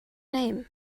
name